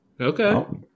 Okay